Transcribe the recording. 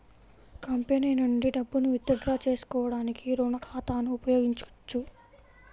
company నుండి డబ్బును withdraw చేసుకోవడానికి రుణ ఖాతాను ఉపయోగించొచ్చు